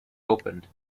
opened